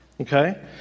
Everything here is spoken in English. Okay